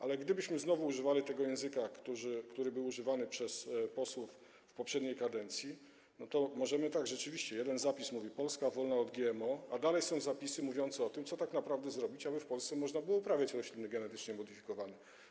Ale gdybyśmy znowu używali tego języka, który był używany przez posłów w poprzedniej kadencji, to rzeczywiście, jeden zapis mówi: Polska wolna od GMO, a dalej są zapisy mówiące o tym, co tak naprawdę należy zrobić, aby w Polsce można było uprawiać rośliny genetycznie modyfikowane.